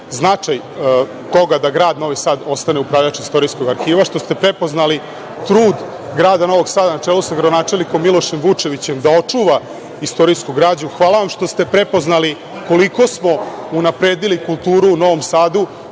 značaj toga da grad Novi Sad ostane upravljač Istorijskog arhiva, što ste prepoznali trud grada Novog Sada na čelu sa gradonačelnikom Milošem Vučevićem, da očuva istorijsku građu. Hvala vam što ste prepoznali koliko smo unapredili kulturu u Novom Sadu